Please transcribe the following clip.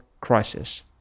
crisis